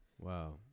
Wow